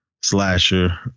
slasher